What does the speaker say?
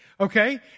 okay